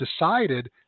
decided